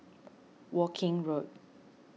Woking Road